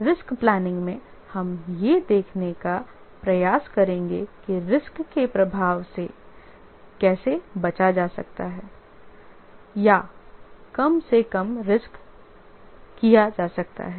risk planning में हम यह देखने का प्रयास करेंगे कि रिस्क के प्रभाव से कैसे बचा जा सकता है या कम से कम रिस्क किया जा सकता है